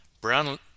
Brown